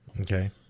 Okay